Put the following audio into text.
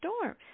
storm